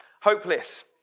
hopeless